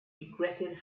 regretted